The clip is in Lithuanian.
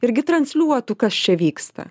irgi transliuotų kas čia vyksta